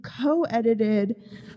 co-edited